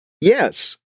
Yes